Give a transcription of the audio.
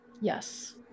Yes